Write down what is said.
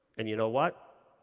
and you know what?